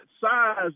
size